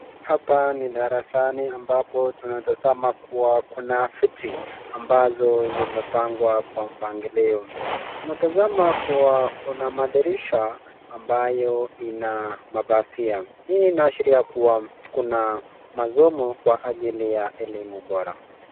Hapa ni darasani ambapo tunatazama kuwa kuna viti ambazo zimepangwa kwa mpangilio. Tunatazama kuwa kuna madirisha ambayo ina mapazia. Hii inaashiria kuwa kuna masomo kwa ajili ya elimu bora.